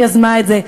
שיחד אתי יזמה אותה.